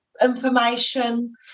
information